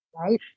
Right